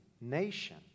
nation